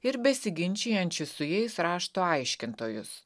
ir besiginčijančius su jais rašto aiškintojus